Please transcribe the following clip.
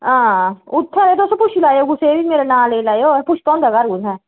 हां उत्थै तुस पुच्छी लैएओ कुसै ई बी मेरा नांऽ लेई लैएओ अहें पुष्पा हुंदा घर कुत्थै ऐ